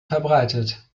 verbreitet